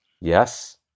Yes